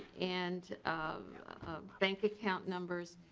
and um bank account numbers.